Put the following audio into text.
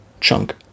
chunk